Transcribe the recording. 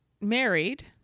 married